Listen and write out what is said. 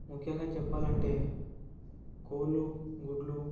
ముఖ్యంగా చెప్పాలంటే కోళ్ళు గుడ్లు